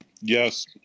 Yes